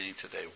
today